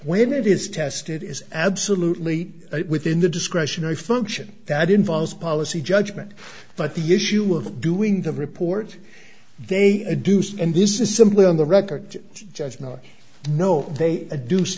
where it is tested is absolutely within the discretionary function that involves policy judgment but the issue of doing the report they a deuce and this is simply on the record judge no no they a deuced